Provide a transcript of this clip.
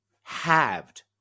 halved